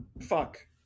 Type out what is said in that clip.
fuck